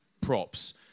props